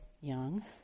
young